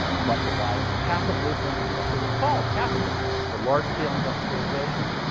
but the rise of capitalism, i mean that's what it's called, capitalism or large-scale industrialization.